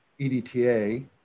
EDTA